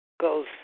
goes